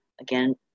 again